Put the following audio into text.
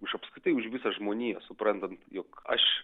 už apskritai už visą žmoniją suprantant jog aš